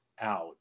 out